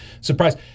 surprise